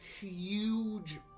huge